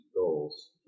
goals